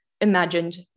imagined